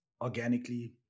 organically